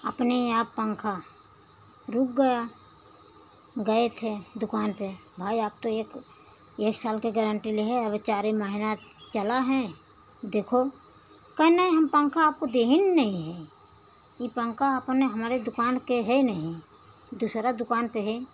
अपने आप पंखा रुक गया गए थे दुकान पे भाई आप तो एक साल के गारंटी लिहे अब चार महीना चला है देखो कहेन नई हम पंखा आपको दिया नहीं है ये पंखा आपने हमरे दुकान के हे नहीं दूसरा दुकान पे है